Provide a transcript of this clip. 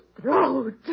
throat